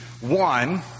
one